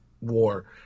war